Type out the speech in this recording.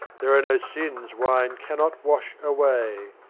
there are no sins wine cannot wash away,